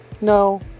no